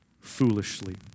foolishly